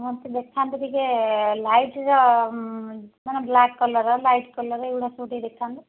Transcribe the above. ଦେଖାନ୍ତୁ ଟିକେ ଲାଇଟ୍ର ମାନେ ବ୍ଲାକ୍ କଲର ଲାଇଟ୍ କଲର ଏଇଗୁଡ଼ା ସବୁ ଟିକେ ଦେଖାନ୍ତୁ